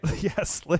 Yes